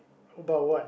about what